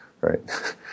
right